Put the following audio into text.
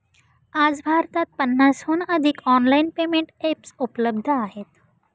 आज भारतात पन्नासहून अधिक ऑनलाइन पेमेंट एप्स उपलब्ध आहेत